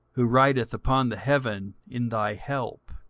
who rideth upon the heaven in thy help,